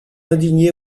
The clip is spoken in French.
indigné